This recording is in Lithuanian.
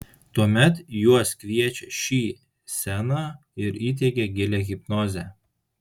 tuomet juos kviečia šį sceną ir įteigia gilią hipnozę